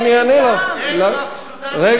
אני אשמח לתת לך תשובה.